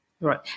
Right